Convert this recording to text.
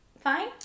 Fine